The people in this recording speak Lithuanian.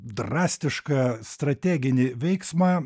drastišką strateginį veiksmą